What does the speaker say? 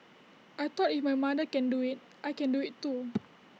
I thought if my mother can do IT I can do IT too